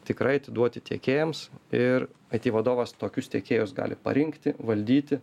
tikrai atiduoti tiekėjams ir aiti vadovas tokius tiekėjus gali parinkti valdyti